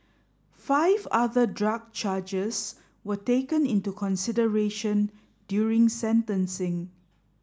five other drug charges were taken into consideration during sentencing